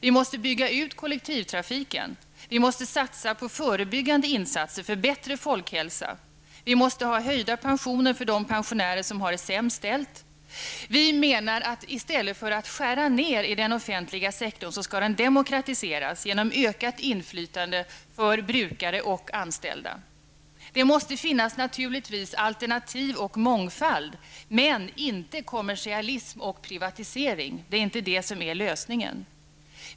Vi måste bygga ut kollektivtrafiken, vi måste satsa på förebyggande insatser för bättre folkhälsa, vi måste ha höjda pensioner för de pensionärer som har det sämst ställt. I stället för att skära ned den offentliga sektorn skall den enligt vår mening demokratiseras genom ökat inflytande för brukare och anställda. Det måste naturligtvis finnas alternativ och mångfald, men inte kommersialism och privatisering -- det är inte lösningen.